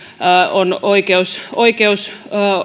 on oikeus oikeus